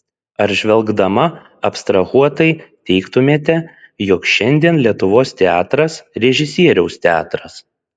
ar žvelgdama abstrahuotai teigtumėte jog šiandien lietuvos teatras režisieriaus teatras